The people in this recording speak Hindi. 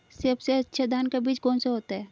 सबसे अच्छा धान का बीज कौन सा होता है?